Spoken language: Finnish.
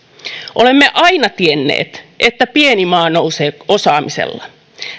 olemme aina tienneet että pieni maa nousee osaamisella